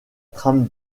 trame